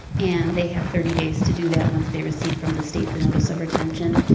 and they have thirty days to do that once they receive from the state the notice of retention,